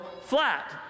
flat